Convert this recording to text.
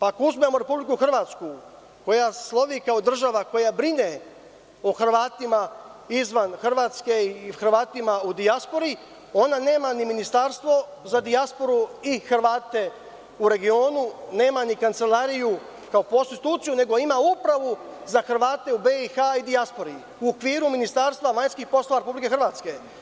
Ako uzmemo Republiku Hrvatsku, koja slovi kao država koja brine o Hrvatima izvan Hrvatske i Hrvatima u dijaspori, ona nema ni ministarstvo za dijasporu i Hrvate u regionu, nema ni kancelariju kao instituciju, nego ima Upravu za Hrvate u BiH i dijaspori u okviru Ministarstva vanjskih poslova Republike Hrvatske.